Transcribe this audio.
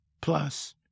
plus